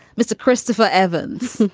mr. christopher evans.